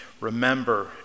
remember